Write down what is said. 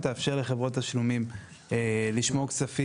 היא תאפשר לחברות תשלומים לשמור כספים